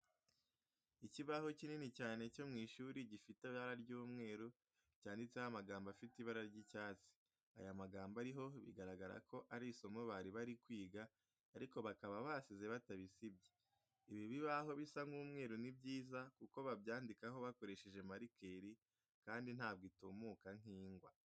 Ikibaho kinini cyane cyo mu ishuri gifite ibara ry'umweru cyanditseho amagambo afite ibara ry'icyatsi. Aya magambo ariho biragara ko ari isomo bari bari kwiga ariko bakaba basize batabisibye. Ibi bibaho bisa nk'umweru ni byiza kuko babyandikaho bakoresheje marikeri kandi ntabwo itumuka nk'ingwa.